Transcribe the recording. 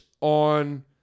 on